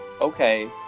Okay